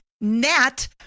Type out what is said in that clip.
Nat